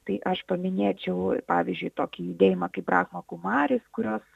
tai aš paminėčiau pavyzdžiui tokį judėjimą kaip prahokumaris kurios